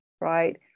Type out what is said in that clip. right